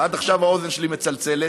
עד היום האוזן שלי מצלצלת.